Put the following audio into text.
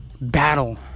battle